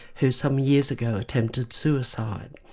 who some years ago attempted suicide.